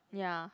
ya